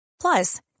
Plus